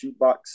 Shootbox